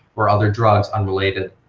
or other drugs unrelated,